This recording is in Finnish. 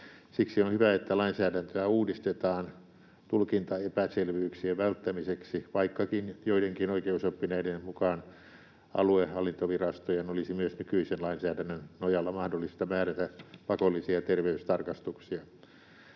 Siksi on hyvä, että lainsäädäntöä uudistetaan tulkintaepäselvyyksien välttämiseksi, vaikkakin joidenkin oikeusoppineiden mukaan aluehallintovirastojen olisi myös nykyisen lainsäädännön nojalla mahdollista määrätä pakollisia terveystarkastuksia.